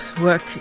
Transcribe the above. work